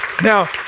Now